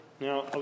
Now